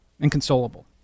inconsolable